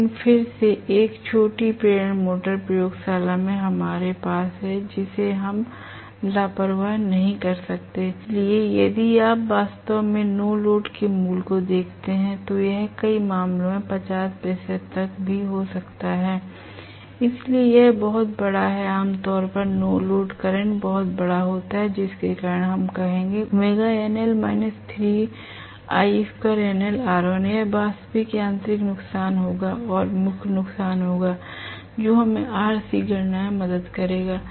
लेकिन फिर से एक छोटी प्रेरण मोटर प्रयोगशाला में हमारे पास है जिसे हम लापरवाह नहीं कर सकते हैं इसलिए यदि आप वास्तव में नो लोड के मूल्य को देखते हैं तो यह कई मामलों में 50 प्रतिशत तक भी अधिक हो सकता है इसलिए यह बहुत बड़ा है आम तौर पर नो लोड करंट बहुत बड़ा होता है जिसके कारण हम कहेंगे यह वास्तविक यांत्रिक नुकसान होगा और मुख्य नुकसान होगा जो हमें RC गणना करने में मदद करेगा